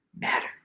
matter